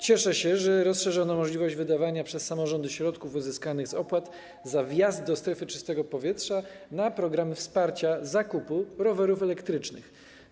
Cieszę się, że rozszerzono możliwość wydawania przez samorządy środków uzyskanych z opłat za wjazd do strefy czystego powietrza na programy wsparcia zakupu rowerów elektrycznych.